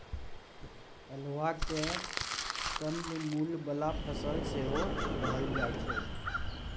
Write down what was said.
अल्हुआ केँ कंद मुल बला फसल सेहो कहल जाइ छै